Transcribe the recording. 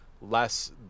less